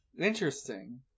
Interesting